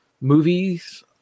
movies